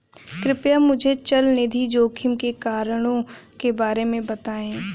कृपया मुझे चल निधि जोखिम के कारणों के बारे में बताएं